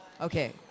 Okay